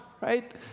right